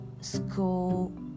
school